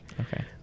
Okay